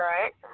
Right